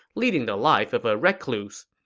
leading the life of a recluse.